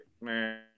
man